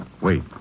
Wait